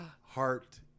Heart